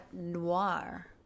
Noir